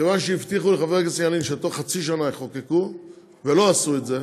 מכיוון שהבטיחו לחבר הכנסת ילין שבתוך חצי שנה יחוקקו ולא עשו את זה,